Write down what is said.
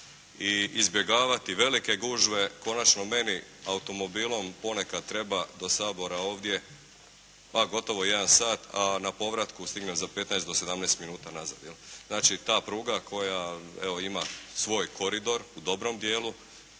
i izbjegavati velike gužve. Konačno meni automobilom ponekad treba do Sabora ovdje pa gotovo jedan sad, a na povratku stignem za 15 do 17 minuta nazad. Znači, ta pruga koja ima svoj koridor u dobrom dijelu